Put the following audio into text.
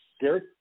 Gary